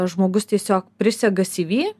žmogus tiesiog prisega cv